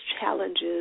challenges